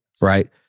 Right